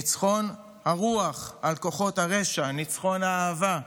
ניצחון הרוח על כוחות הרשע, ניצחון האהבה,